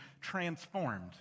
transformed